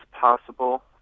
possible